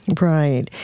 Right